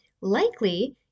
Likely